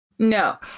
No